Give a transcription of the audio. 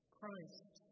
Christ